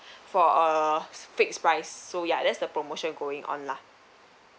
for uh fixed price so ya that's the promotion going on lah